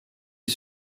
est